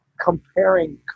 comparing